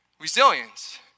Resilience